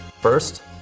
First